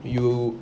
you